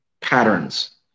patterns